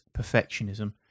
perfectionism